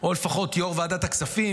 או לפחות יו"ר ועדת הכספים,